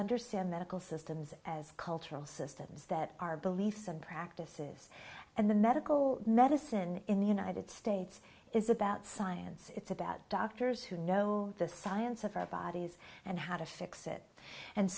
understand medical systems as cultural systems that are beliefs and practices and the medical medicine in the united states is about science it's about doctors who know the science of our bodies and how to fix it and